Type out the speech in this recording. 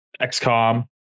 XCOM